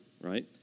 right